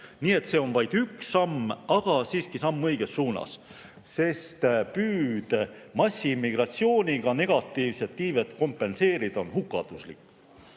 Nii et see on vaid üks samm, aga siiski samm õiges suunas, sest püüd massiimmigratsiooniga negatiivset iivet kompenseerida on hukatuslik.